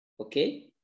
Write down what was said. Okay